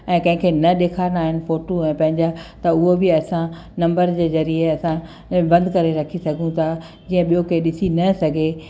ऐं कंहिंखें न ॾेखारिणा आहिनि फोटूं ऐं पंहिंजा त उहो बि असां नंबर जे ज़रिए असां बंदि करे रखी सघूं था जीअं ॿियों कंहिं ॾिसी न सघे